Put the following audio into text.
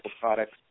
products